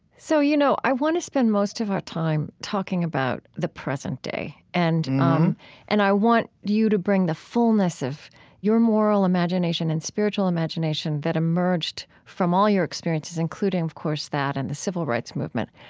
so, you know i want to spend most of our time talking about the present day. and um and i want you to bring the fullness of your moral imagination and spiritual imagination that emerged from all your experiences, including, of course, that and the civil rights movement.